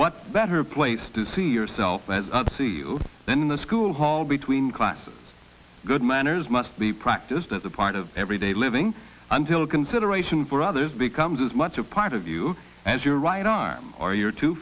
what better place to see yourself than the school hall between classes good manners must be practiced as a part of everyday living until consideration for others becomes as much a part of you as your right arm or your two